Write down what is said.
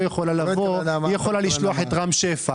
מענק העבודה לא חל על ינואר-מרץ 2022